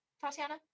Tatiana